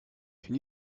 can